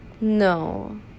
no